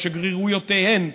את שגרירויותיהן,